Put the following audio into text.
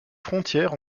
frontière